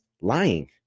lying